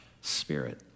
spirit